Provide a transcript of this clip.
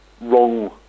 wrong